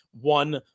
one